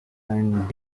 and